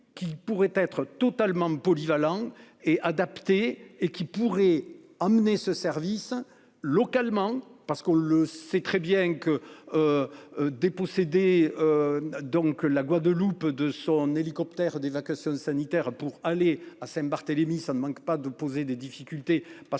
qui pourrait être totalement polyvalent et adapté et qui pourrait amener ce service localement parce qu'on le sait très bien que. Dépossédé. Donc que la Guadeloupe de son hélicoptère d'évacuation sanitaire pour aller à Saint Barthélémy ça ne manque pas de poser des difficultés